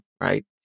Right